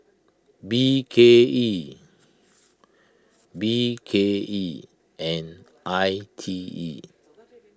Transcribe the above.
B K E B K E and I T E